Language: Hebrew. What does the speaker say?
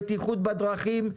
בטיחות בדרכים,